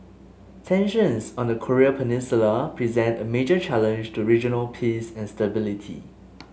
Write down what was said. tensions on the Korean Peninsula present a major challenge to regional peace and stability